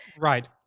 Right